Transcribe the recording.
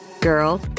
Girl